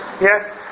yes